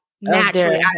naturally